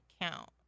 count